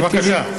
בבקשה.